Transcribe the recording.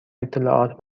اطلاعات